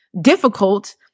difficult